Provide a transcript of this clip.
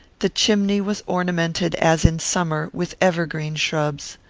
the chimney was ornamented, as in summer, with evergreen shrubs.